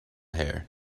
hair